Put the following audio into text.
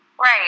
Right